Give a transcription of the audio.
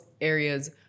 areas